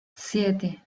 siete